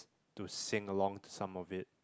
to sing along some of it